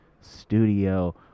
studio